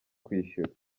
kwishyura